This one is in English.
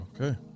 Okay